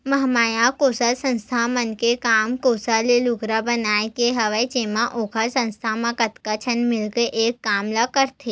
महामाया कोसा संस्था मन के काम कोसा ले लुगरा बनाए के हवय जेमा ओखर संस्था म कतको झन मिलके एक काम ल करथे